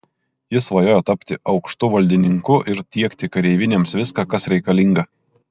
jis svajojo tapti aukštu valdininku ir tiekti kareivinėms viską kas reikalinga